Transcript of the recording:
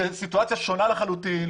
זאת סיטואציה שונה לחלוטין.